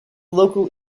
local